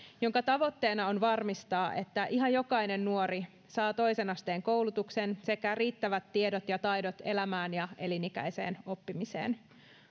jonka tavoitteena on varmistaa että ihan jokainen nuori saa toisen asteen koulutuksen sekä riittävät tiedot ja taidot elämään ja elinikäiseen oppimiseen